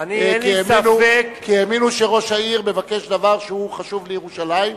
כי האמינו שראש העיר מבקש דבר חשוב לירושלים.